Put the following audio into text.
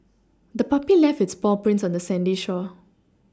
the puppy left its paw prints on the sandy shore